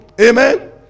Amen